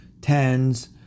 Tens